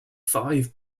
five